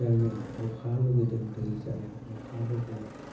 जायनो अखा लुबैदों दै जाना अखाबो गैया